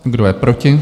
Kdo je proti?